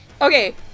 Okay